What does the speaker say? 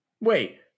wait